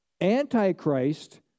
Antichrist